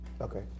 Okay